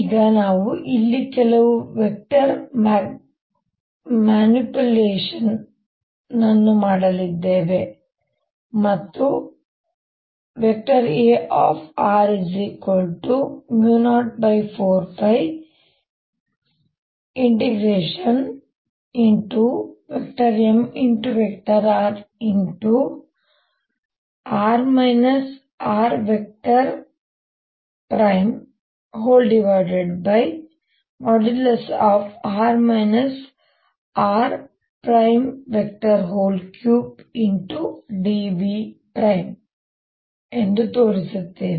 ಈಗ ನಾವು ಇಲ್ಲಿ ಕೆಲವು ವೆಕ್ಟರ್ ಮ್ಯಾನಿಪ್ಯುಲೇಷನ್ಗಳನ್ನು ಮಾಡಲಿದ್ದೇವೆ ಮತ್ತು ಇದು Ar04πMr×r rr r3dV 04πMr×1r rdV ಎಂದು ತೋರಿಸುತ್ತೇವೆ